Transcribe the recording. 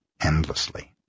endlessly